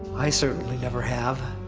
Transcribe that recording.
i certainly never have.